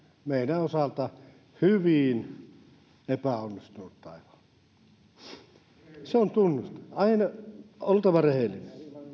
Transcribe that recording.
meidän osaltamme hyvin epäonnistunut taival se on tunnustus aina on oltava rehellinen